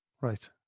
Right